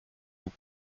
vous